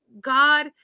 God